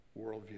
worldview